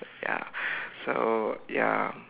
ya so ya